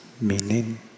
meaning